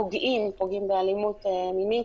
ופוגעים באלימות מינית,